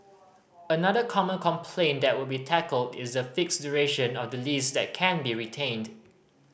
another common complaint that would be tackled is the fixed duration of the lease that can be retained